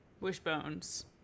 wishbones